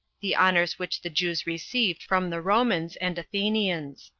the honors which the jews received from the romans and athenians.